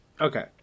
okay